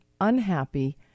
unhappy